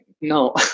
no